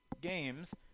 games